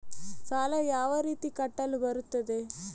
ಸಾಲ ಯಾವ ರೀತಿ ಕಟ್ಟಲು ಬರುತ್ತದೆ?